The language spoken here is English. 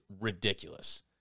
ridiculous